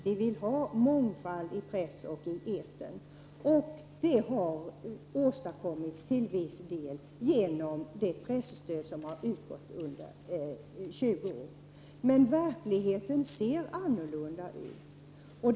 Vi vill ha mångfald i pressen och i etern. Det har åstadkommits till viss del genom det presstöd som har utgått under 20 år. Men verkligheten ser annorlunda ut.